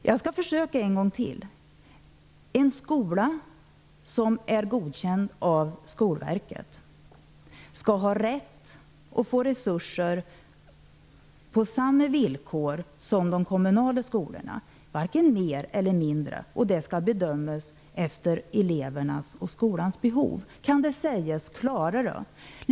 Jag skall försöka en gång till. En skola som är godkänd av Skolverket skall ha rätt att få resurser på samma villkor som de kommunala skolorna, varken mer eller mindre. Det skall bedömas efter elevernas och skolans behov. Kan det sägas klarare?